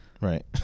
right